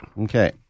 Okay